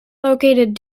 located